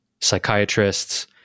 psychiatrists